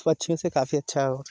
पक्षियों से काफी अच्छा और